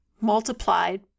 multiplied